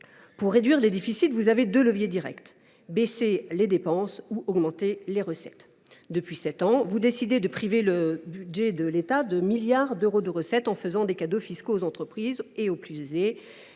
Pour réduire les déficits, vous disposez de deux leviers directs : baisser les dépenses ou augmenter les recettes. Depuis sept ans, vous décidez de priver le budget de l’État de milliards d’euros de recettes, en accordant des cadeaux fiscaux aux entreprises et aux plus aisés